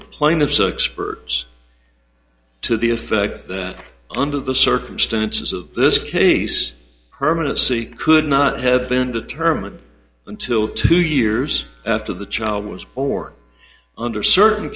the plaintiff so experts to the effect that under the circumstances of this case permanent see could not have been determined until two years after the child was or under certain